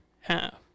half